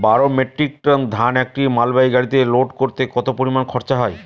বারো metric ton ধান একটি মালবাহী গাড়িতে লোড করতে কতো পরিমাণ খরচা হয়?